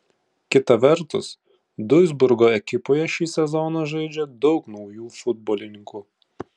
kita vertus duisburgo ekipoje šį sezoną žaidžia daug naujų futbolininkų